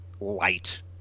light